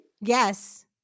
Yes